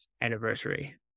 anniversary